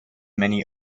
many